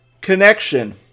connection